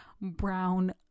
brown